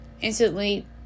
instantly